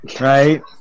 right